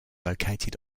located